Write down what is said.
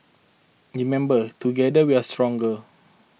remember together we are stronger